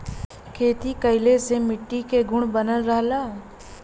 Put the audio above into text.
खेती कइले से मट्टी के गुण बनल रहला